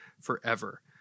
forever